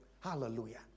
hallelujah